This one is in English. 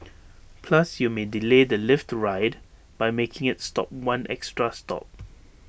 plus you may delay the lift ride by making IT stop one extra stop